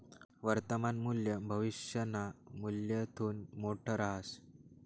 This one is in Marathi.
वर्तमान मूल्य भविष्यना मूल्यथून मोठं रहास